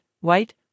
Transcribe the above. white